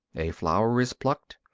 a flower is plucked,